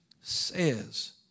says